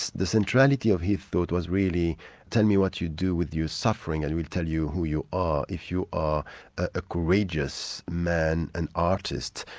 the centrality of his thought was really tell me what you do with your suffering, and we'll tell you who you are. if you are a courageous man, an artist,